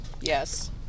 Yes